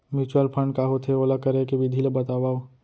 mutual fund का होथे, ओला करे के विधि ला बतावव